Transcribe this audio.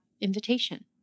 invitation